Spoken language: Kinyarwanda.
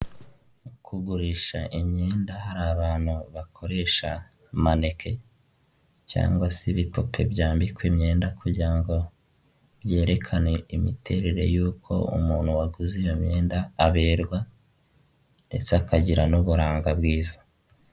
Ni akazu ka emutiyene k'umuhondo, kariho ibyapa byinshi mu bijyanye na serivisi zose za emutiyene, mo imbere harimo umukobwa, ubona ko ari kuganira n'umugabo uje kumwaka serivisi.